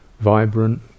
vibrant